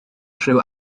rhyw